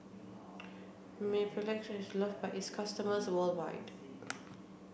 Mepilex is loved by its customers worldwide